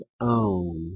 own